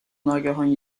ناگهان